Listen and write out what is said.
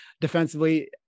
defensively